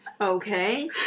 okay